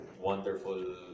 wonderful